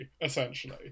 essentially